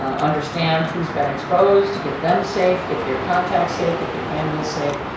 um understand who's been exposed, get them safe, get their contacts safe, get their families safe,